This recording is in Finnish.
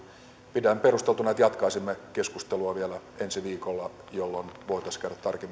pidän perusteltuna että jatkaisimme keskustelua vielä ensi viikolla jolloin voitaisiin käydä tarkemmin lävitse